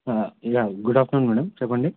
yeah good afternoon madam చెప్పండి